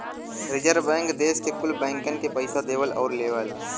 रीजर्वे bank देस के कुल बैंकन के पइसा देवला आउर लेवला